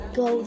go